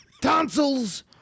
tonsils